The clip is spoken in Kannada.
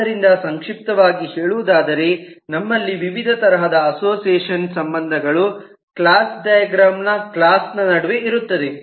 ಆದ್ದರಿಂದ ಸಂಕ್ಷಿಪ್ತವಾಗಿ ಹೇಳುವುದಾದರೆ ನಮ್ಮಲ್ಲಿ ವಿವಿಧ ತರಹದ ಅಸೋಸಿಯೇಷನ್ ಸಂಬಂಧಗಳು ಕ್ಲಾಸ್ ಡಯಾಗ್ರಾಮ್ ನ ಕ್ಲಾಸ್ ನ ನಡುವೆ ಇರುತ್ತದೆ